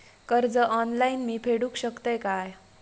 कर्ज ऑनलाइन मी फेडूक शकतय काय?